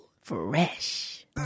Fresh